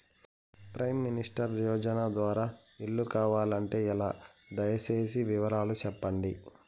Prime minister యోజన ద్వారా ఇల్లు కావాలంటే ఎలా? దయ సేసి వివరాలు సెప్పండి?